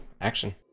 Action